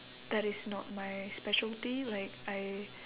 that is not my specialty like I